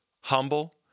humble